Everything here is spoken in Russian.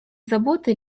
заботы